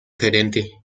gerente